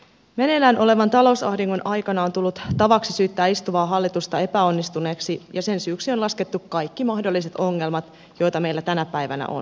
meneillään olevan talousahdingon aikana on tullut tavaksi syyttää istuvaa hallitusta epäonnistuneeksi ja sen syyksi on laskettu kaikki mahdolliset ongelmat joita meillä tänä päivänä on